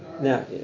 Now